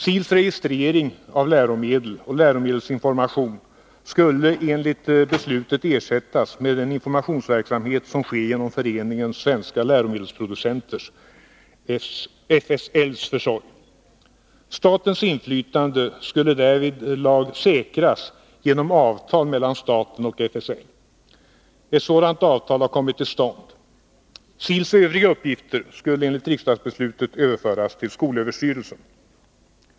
SIL:s registrering av läromedel och läromedelsinformation skulle enligt beslutet ersättas med den informationsverksamhet som sker genom Föreningen Svenska läromedelsproducenters försorg. Statens inflytande skulle därvidlag säkras genom avtal mellan staten och FSL. Ett sådant avtal har kommit till stånd. SIL:s övriga uppgifter skulle enligt riksdagsbeslutet överföras till skolöverstyrelsen.